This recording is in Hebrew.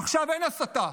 עכשיו אין הסתה,